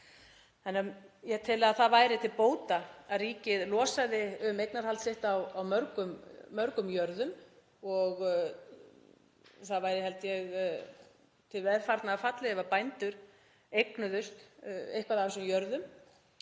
landið. Ég tel að það væri til bóta að ríkið losaði um eignarhald sitt á mörgum jörðum og það væri, held ég, til velfarnaðar fallið ef bændur eignuðust eitthvað af þessum jörðum.